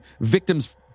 victims